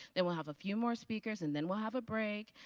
then we'll have a few more speakers and then we'll have a break.